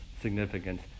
significance